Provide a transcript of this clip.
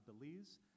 Belize